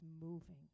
moving